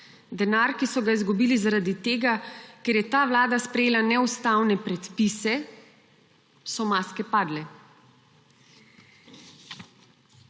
denar, ki so ga izgubili zaradi tega, ker je ta vlada sprejela neustavne predpise, so maske padle.